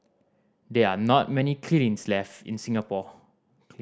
there are not many kilns left in Singapore